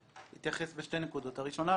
להתייחס לשתי נקודות: הראשונה,